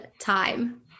time